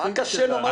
מה קשה לומר את האמת?